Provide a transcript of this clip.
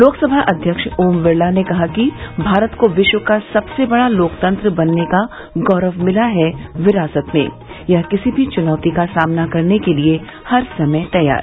लोकसभा अध्यक्ष ओम बिरला ने कहा भारत को विश्व का सबसे बड़ा लोकतंत्र बनने का गौरव मिला है विरासत में यह किसी भी चुनौती का सामना करने के लिये हर समय तैयार